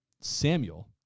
Samuel